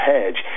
Hedge